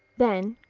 then,